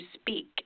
speak